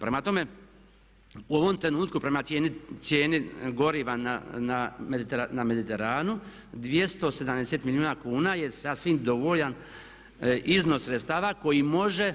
Prema tome, u ovom trenutku prema cijeni goriva na mediteranu 270 milijuna kuna je sasvim dovoljan iznos sredstava koji može